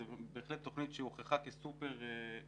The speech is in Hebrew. זו בהחלט תוכנית שהוכחה כסופר-מוצלחת,